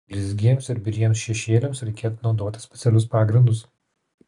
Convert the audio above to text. blizgiems ir biriems šešėliams reikėtų naudoti specialius pagrindus